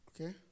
Okay